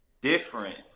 different